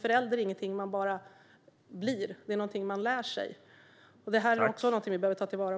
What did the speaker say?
Förälder är ingenting man bara blir utan det är något man lär sig. Det är också en fråga vi behöver ta till vara.